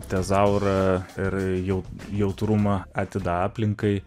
tezaurą ir jau jautrumą atidą aplinkai